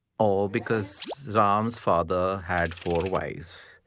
oh, because ram's father had four wives.